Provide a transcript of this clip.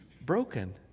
broken